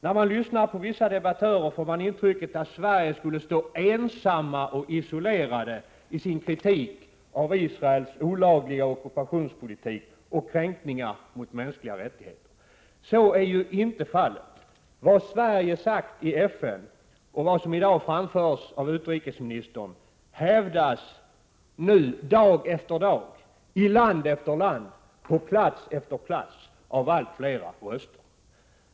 När man lyssnar till vissa debattörer, får man intrycket att Sverige skulle stå ensamt och isolerat i sin kritik mot Israels olagliga ockupationspolitik och kränkningar av mänskliga rättigheter. Så är ju inte fallet. Det som Sverige sagt i FN och det som i dag anförts av utrikesministern hävdas nu dag efter dag i land efter land, på plats efter plats av allt fler röster.